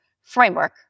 framework